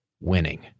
winning